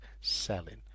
selling